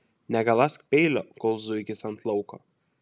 negaląsk peilio kol zuikis ant lauko